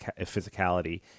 physicality